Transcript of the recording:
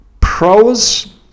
Pros